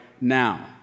now